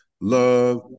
love